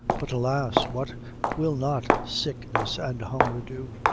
but, alas! what will not sickness and hunger do?